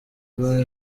iba